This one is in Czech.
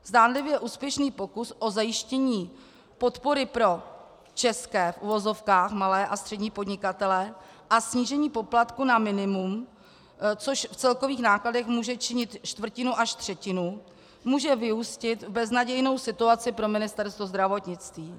Zdánlivě úspěšný pokus o zajištění podpory pro české, v uvozovkách, malé a střední podnikatele a snížení poplatku na minimum, což v celkových nákladech může činit čtvrtinu až třetinu, může vyústit v beznadějnou situaci pro Ministerstvo zdravotnictví.